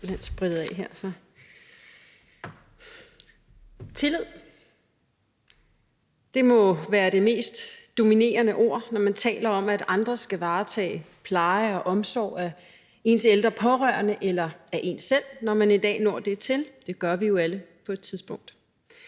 Tillid må være det mest dominerende ord, når der er tale om, at andre skal varetage pleje og omsorg af ens ældre pårørende eller af en selv, når man en dag når dertil; det gør vi jo alle på et tidspunkt.